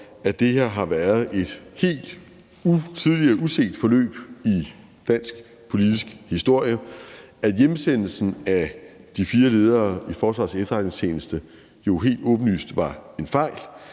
at det her har været et hidtil uset forløb i dansk politisk historie, at hjemsendelsen af de fire ledere i Forsvarets Efterretningstjeneste jo helt åbenlyst var en fejl,